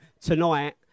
tonight